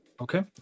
Okay